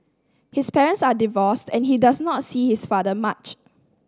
his parents are divorced and he does not see his father much